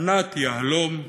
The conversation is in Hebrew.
ענת יהלום,